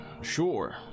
sure